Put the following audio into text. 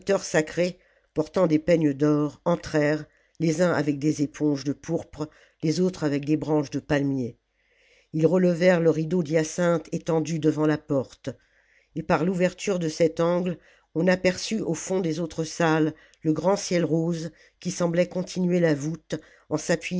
sacrés portant des peignes d'or entrèrent les uns avec des éponges de pourpre les autres avec des branches de palmier ils relevèrent le rideau d'hyacinthe étendu devant la porte et par l'ouverture de cet angle on aperçut au fond des autres salles le grand ciel rose qui semblait continuer la voûte en s'appujant